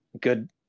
good